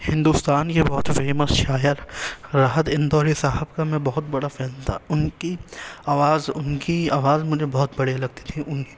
ہندوستان کے بہت فیمس شاعر راحت اندوری صاحب کا میں بہت بڑا فین تھا ان کی آواز ان کی آواز مجھے بہت بڑھیا لگتی تھی ان